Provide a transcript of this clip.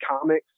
comics